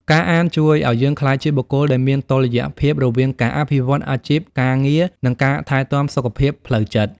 ការអានជួយឱ្យយើងក្លាយជាបុគ្គលដែលមានតុល្យភាព រវាងការអភិវឌ្ឍអាជីពការងារ និងការថែទាំសុខភាពផ្លូវចិត្ត។